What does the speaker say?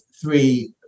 three